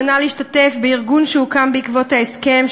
לא הוזמנה להשתתף בארגון שהוקם בעקבות ההסכם,